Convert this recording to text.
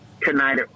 tonight